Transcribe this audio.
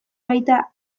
baita